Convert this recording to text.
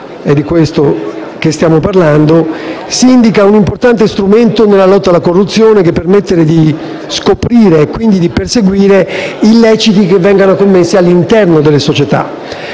definita tale pratica - si indica un importante strumento nella lotta alla corruzione che permette di scoprire e, quindi, perseguire illeciti che vengano commessi all'interno delle società.